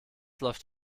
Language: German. läuft